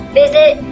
visit